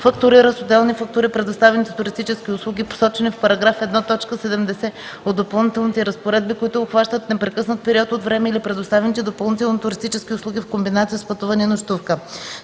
фактурира с отделни фактури предоставените туристически услуги, посочени в § 1, т. 70 от Допълнителните разпоредби, които обхващат непрекъснат период от време, или предоставените допълнителни туристически услуги в комбинация с пътуване и нощувка.”